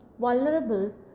vulnerable